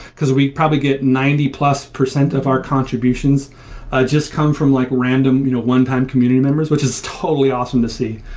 because we probably get ninety plus percent of our contributions just come from like random you know one-time community members, which is totally awesome to see.